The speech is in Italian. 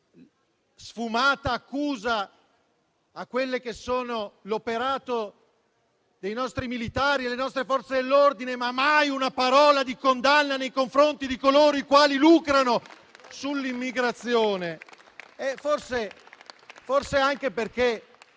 sfumata accusa all'operato dei nostri militari e alle nostre forze dell'ordine, ma mai una parola di condanna nei confronti di coloro i quali lucrano sull'immigrazione.